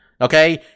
okay